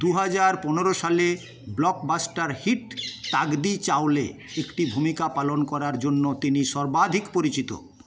দুহাজার পনেরো সালে ব্লকবাস্টার হিট তাগদি চাওলে একটি ভূমিকা পালন করার জন্য তিনি সর্বাধিক পরিচিত